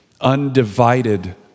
undivided